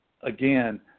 again